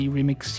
Remix